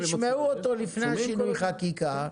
אז תשמעו אותו לפני שינוי החקיקה,